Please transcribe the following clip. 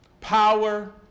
power